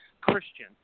Christian